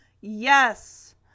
yes